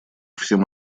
всем